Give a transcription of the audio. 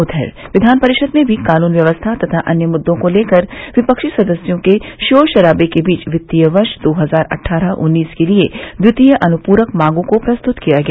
उधर विधान परिषद में भी कानून व्यवस्था तथा अन्य मुद्दों को लेकर विपक्षी सदस्यों के शोर शराबे के बीच वित्तीय वर्ष दो हजार अट्ठारह उन्नीस के लिये द्वितीय अनुपूरक मांगों को प्रस्तुत किया गया